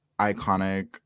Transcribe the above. iconic